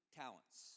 talents